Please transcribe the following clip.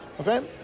Okay